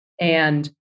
And-